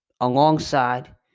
alongside